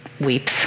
weeps